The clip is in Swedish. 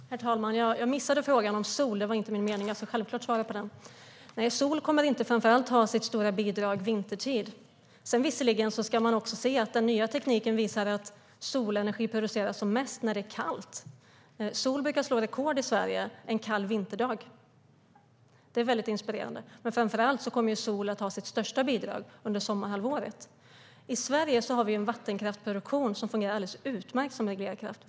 Herr talman! Jag missade frågan om sol. Det var inte min mening. Jag ska självklart svara på den. Nej, sol kommer inte att framför allt ha sitt stora bidrag vintertid. Visserligen visar den nya tekniken att solenergi produceras som mest när det är kallt. Solenergin brukar slå rekord i Sverige en kall vinterdag. Det är väldigt inspirerande. Men framför allt kommer sol att ha sitt största bidrag under sommarhalvåret. I Sverige har vi en vattenkraftproduktion som fungerar alldeles utmärkt som elkraft.